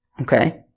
Okay